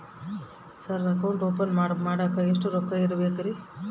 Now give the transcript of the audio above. Sir account open ಮಾಡಾಕ ಎಷ್ಟು ರೊಕ್ಕ ಇಡಬೇಕ್ರಿ?